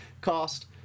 cost